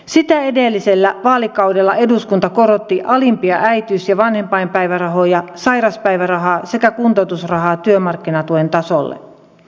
sitä edellisellä vaalikaudella eduskunta korotti alimpia äitiys ja vanhempainpäivärahoja sairauspäivärahaa sekä kuntoutusrahaa työmarkkinatuen tasolle